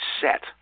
set